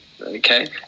okay